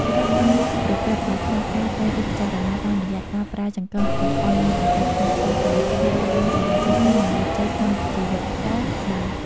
រាល់ការប្រព្រឹត្តដែលខ្វះការត្រិះរិះពិចារណាតាមរយៈការប្រើចង្កឹះចង្អុលមុខម្ហូបអាចធ្វើឱ្យអ្នកបាត់បង់សិរីសួស្តីនិងលាភជ័យក្នុងជីវិតផងដែរ។